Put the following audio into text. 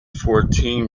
fourteen